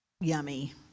yummy